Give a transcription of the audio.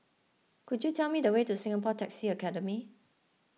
could you tell me the way to Singapore Taxi Academy